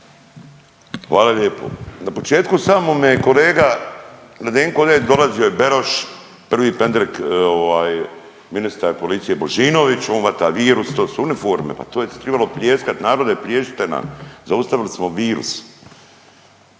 Hvala lijepo. Na početku samome kolega Ledenko ovdje dolazio je Beroš, prvi pendrek ministar policije Božinović, on vata virus, to su uniforme. Pa to je tribalo pljeskat, narode plješćite nam, zaustavili smo virus.